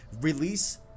release